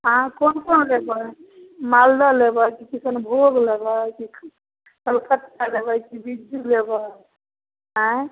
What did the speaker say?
अहाँ कोन कोन लेबै मालदह लेबै कि किसनभोग लेबै कि कलकतिआ लेबै कि बिज्जू लेबै अँए